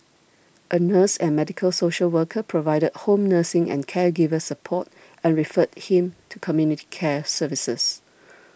a nurse and medical social worker provided home nursing and caregiver support and referred him to community care services